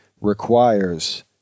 requires